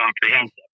comprehensive